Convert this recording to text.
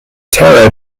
tara